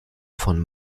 von